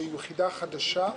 שזו יחידה חדשה.